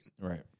right